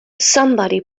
somebody